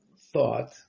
thought